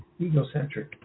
egocentric